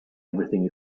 everything